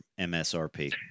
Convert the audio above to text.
MSRP